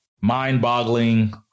mind-boggling